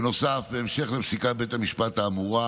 בנוסף, בהמשך לפסיקת בית המשפט האמורה,